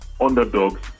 underdogs